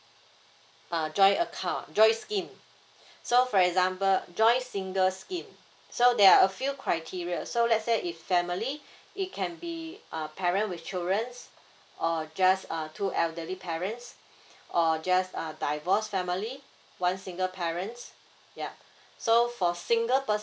a joint account joint scheme so for example joints single scheme so there are a few criteria so let's say if family it can be a parent with children's or just a two elderly parents or just a divorce family one single parents yup so for single per